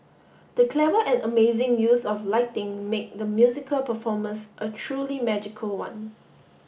the clever and amazing use of lighting make the musical performance a truly magical one